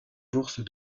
bourse